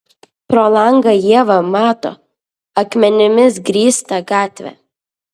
pro langą ieva mato akmenimis grįstą gatvę